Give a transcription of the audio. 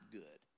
good